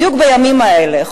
בדיוק בימים האלה,